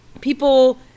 people